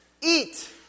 Eat